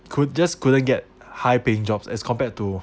could just couldn't get high paying jobs as compared to